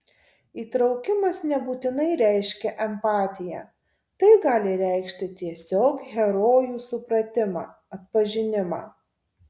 įtraukimas nebūtinai reiškia empatiją tai gali reikšti tiesiog herojų supratimą atpažinimą